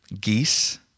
geese